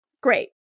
Great